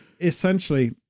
essentially